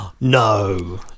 No